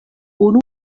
unu